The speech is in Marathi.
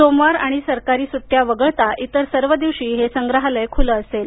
सोमवार आणि सरकारी सुट्टया वगळता इतर सर्व दिवशी हे संग्रहालय खुलं असेल